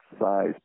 size